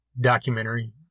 documentary